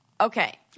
Okay